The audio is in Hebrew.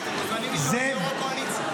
אתם מוזמנים לשלוח את יו"ר הקואליציה.